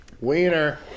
Wiener